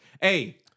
Hey